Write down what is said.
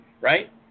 right